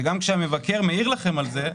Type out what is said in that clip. שגם כשהמבקר מעיר לכם על זה,